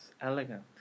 elegant